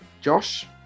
Josh